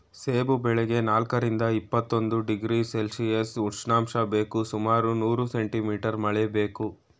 ಸೇಬು ಬೆಳೆಗೆ ನಾಲ್ಕರಿಂದ ಇಪ್ಪತ್ತೊಂದು ಡಿಗ್ರಿ ಸೆಲ್ಶಿಯಸ್ ಉಷ್ಣಾಂಶ ಬೇಕು ಸುಮಾರು ನೂರು ಸೆಂಟಿ ಮೀಟರ್ ಮಳೆ ಬೇಕು